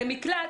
למקלט.